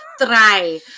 try